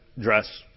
dress